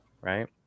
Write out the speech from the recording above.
Right